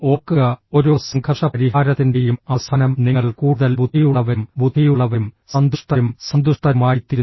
ഓർക്കുക ഓരോ സംഘർഷ പരിഹാരത്തിൻറെയും അവസാനം നിങ്ങൾ കൂടുതൽ ബുദ്ധിയുള്ളവരും ബുദ്ധിയുള്ളവരും സന്തുഷ്ടരും സന്തുഷ്ടരുമായിത്തീരുന്നു